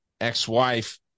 ex-wife